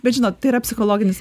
bet žinot tai yra psichologinis